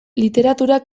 literatura